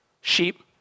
sheep